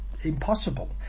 impossible